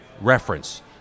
reference